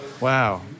Wow